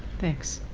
thanks.